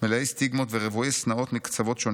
מלאי סטיגמות ורוויי שנאות מקצוות שונים,